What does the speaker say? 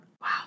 Wow